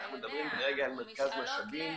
אנחנו מדברים כרגע על מרכז משאבים.